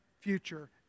future